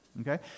Okay